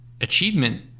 achievement